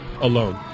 alone